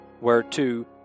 whereto